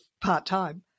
part-time